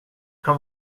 kan